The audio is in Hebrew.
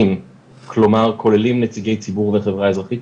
כלומר כוללים נציגי ציבור וחברה אזרחית,